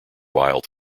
wild